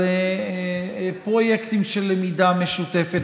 על פרויקטים של למידה משותפת,